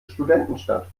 studentenstadt